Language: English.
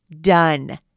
done